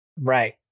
Right